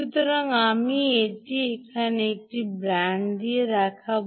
সুতরাং আমি এটি এখানে একটি ব্যান্ড দিয়ে দেখাব